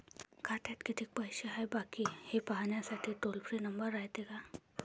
खात्यात कितीक पैसे बाकी हाय, हे पाहासाठी टोल फ्री नंबर रायते का?